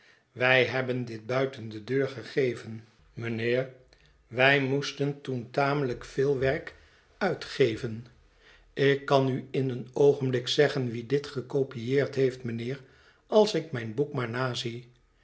wij hebben dit buiten de deur gegeven mijnhet verlaten huis heer wij moesten toen tamelijk veel werk uitgeven ik kan u in een oogenblik zeggen wie dit gekopieerd heeft mijnheer als ik mijn boek maar nazie